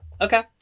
okay